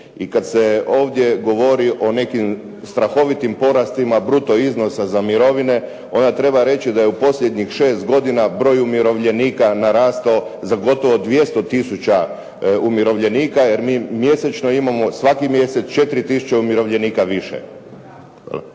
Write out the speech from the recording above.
I kada se ovdje govori o nekim strahovitim porastima bruto iznosa za mirovine, onda treba reći da je u posljednjih 6 godina broj umirovljenika narastao za gotovo 200 tisuća umirovljenika. Jer mi mjesečno imamo svaki mjesec 4 tisuće umirovljenika više.